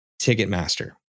Ticketmaster